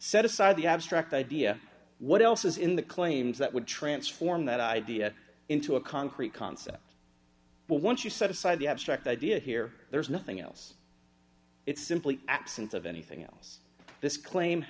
set aside the abstract idea what else is in the claims that would transform that idea into a concrete concept but once you set aside the abstract idea here there's nothing else it's simply absence of anything else this claim